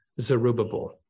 Zerubbabel